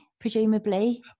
presumably